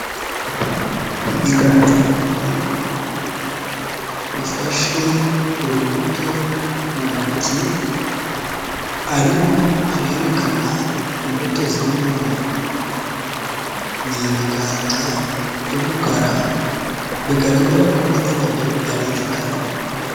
Ibiganza bibiri bifashe urubuto mu ntoki, arimo arerekana imbuto zirimo mu nda. Ni ibiganza by'umukara, bigaragara ko na nyirabyo ari igikara.